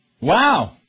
Wow